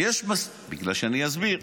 אני אסביר.